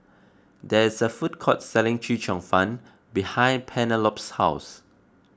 there is a food court selling Chee Cheong Fun behind Penelope's house